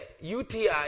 UTI